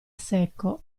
secco